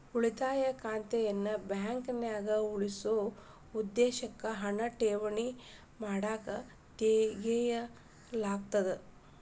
ಉಳಿತಾಯ ಖಾತೆನ ಬಾಂಕ್ನ್ಯಾಗ ಉಳಿಸೊ ಉದ್ದೇಶಕ್ಕ ಹಣನ ಠೇವಣಿ ಮಾಡಕ ತೆರೆಯಲಾಗ್ತದ